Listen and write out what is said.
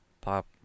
pop